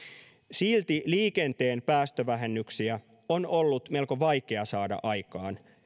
silti liikenteen päästövähennyksiä on ollut melko vaikea saada aikaan